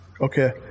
Okay